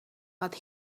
but